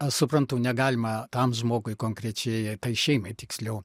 aš suprantu negalima tam žmogui konkrečiai tai šeimai tiksliau